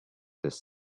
this